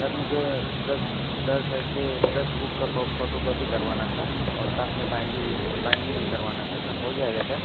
سر مجھے دس دس ایسے دس بک کا فوٹو کاپی کروانا تھا اور ساتھ میں بائنڈنگ بھی بائنڈنگ بھی کروانا تھا سر ہو جائے گا کیا